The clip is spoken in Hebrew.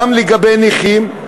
גם לגבי נכים,